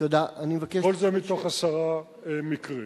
כל זה מתוך עשרה מקרים.